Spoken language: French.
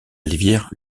rivière